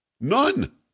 None